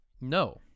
No